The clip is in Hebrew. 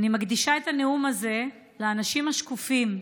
אני מקדישה את הנאום הזה לאנשים השקופים,